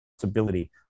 possibility